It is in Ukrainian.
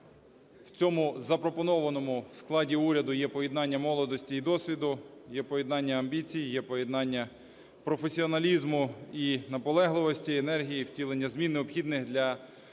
В цьому запропонованому складі уряду є поєднання молодості і досвіду, є поєднання амбіцій, є поєднання професіоналізму і наполегливості, енергії і втілення змін, необхідних для цього на